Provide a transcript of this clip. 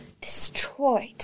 destroyed